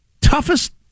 toughest